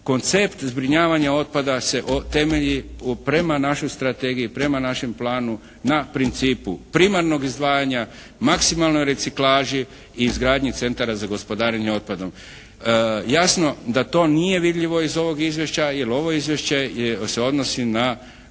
koncept zbrinjavanja otpada se temelji prema našoj strategiji, prema našem planu na principu primarnog izdvajanja, maksimalnoj reciklaži i izgradnji centara za gospodarenje otpadom. Jasno da to nije vidljivo iz ovog Izvješća. Jer ovo Izvješće je, se odnosi na